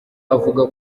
avuga